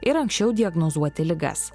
ir anksčiau diagnozuoti ligas